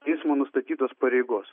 teismo nustatytos pareigos